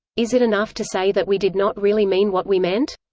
is it enough to say that we did not really mean what we meant?